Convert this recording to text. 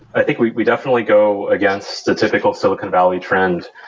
i think we we definitely go against the typical silicon valley trend.